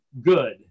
good